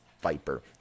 viper